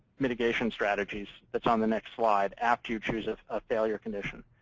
mitigation strategies that's on the next slide, after you choose a failure condition.